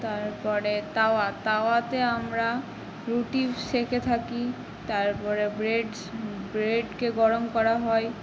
তারপরে তাওয়া তাওয়াতে আমরা রুটি সেঁকে থাকি তারপরে ব্রেডস ব্রেডকে গরম করা হয়